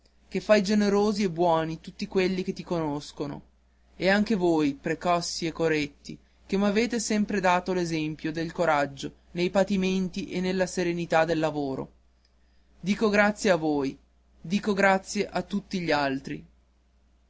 che fai generosi e buoni tutti quelli che ti conoscono e anche voi precossi e coretti che m'avete sempre dato l'esempio del coraggio nei pentimenti e della serenità nel lavoro dico grazie a voi dico grazie a tutti gli altri